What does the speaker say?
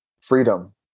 freedom